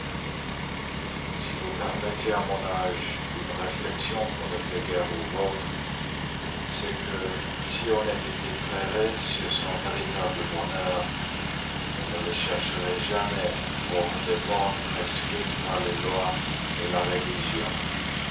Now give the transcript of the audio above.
si vous permettez à mon âge une réflexion qu'on ne fait guère au vôtre c'est que si on était éclairé sur son véritable bonheur on ne le chercherait jamais hors des bornes prescrites par les lois la religion